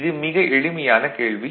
இது மிக எளிமையான கேள்வி